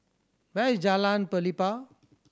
where is Jalan Pelepah